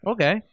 Okay